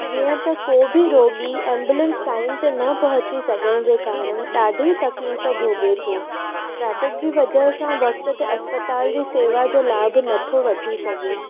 जीअं त को बि रोॻी एम्बयुलन्स टाइम ते न पहुची सघण जे कारणु ॾाढी तकलीफ़ भोॻे थो ट्राफ़िक जी वजह सां वक़्ति ते अस्पतालजी सेवा जो लाभ नथो वठी सघे